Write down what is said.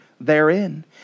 therein